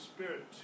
Spirit